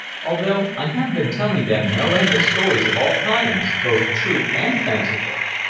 although i have been telling them no end of stories of all kinds, both true and fanciful.